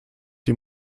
die